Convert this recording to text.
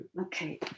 Okay